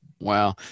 Wow